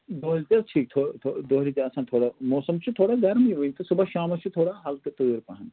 دۄہلہِ تہِ حظ ٹھیٖک دۄہلہِ تہِ آسان تھوڑا موسَم چھِ تھوڑا گرمٕے وٕنۍ تہٕ صُبحَس شامَس چھِ تھوڑا ہلکہٕ تۭر پہن